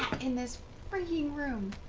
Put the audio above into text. in this fricking room.